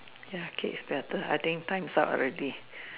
ya cake is better I think times up already